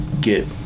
get